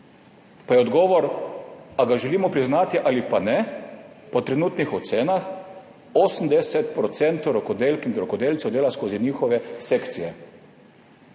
Pa je odgovor, ali ga želimo priznati ali pa ne, da po trenutnih ocenah 80 % rokodelk in rokodelcev dela skozi njihove sekcije.